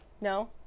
no